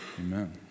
Amen